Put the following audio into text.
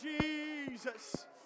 Jesus